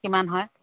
কিমান হয়